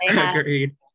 agreed